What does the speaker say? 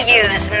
use